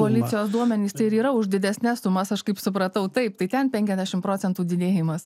policijos duomenys tai ir yra už didesnes sumas aš kaip supratau taip tai ten penkiadešim procentų didėjimas